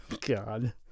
God